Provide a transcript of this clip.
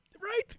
Right